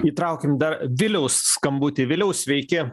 įtraukim dar viliaus skambutį viliau sveiki